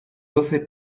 doce